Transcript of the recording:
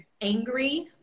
angry